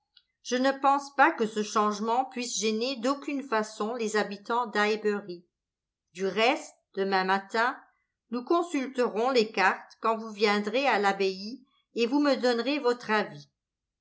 je ne pense pas que ce changement puisse gêner d'aucune façon les habitants d'highbury du reste demain matin nous consulterons les cartes quand vous viendrez à l'abbaye et vous me donnerez votre avis